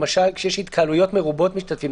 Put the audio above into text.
כשיש התקהלויות מרובות משתתפים,